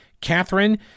Catherine